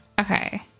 Okay